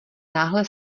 náhle